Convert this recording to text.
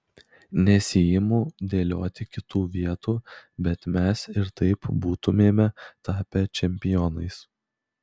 nesiimu dėlioti kitų vietų bet mes ir taip būtumėme tapę čempionais